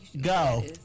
go